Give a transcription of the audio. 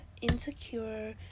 insecure